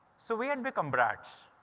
so we had become brats.